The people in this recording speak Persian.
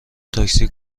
تاکسی